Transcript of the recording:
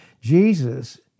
Jesus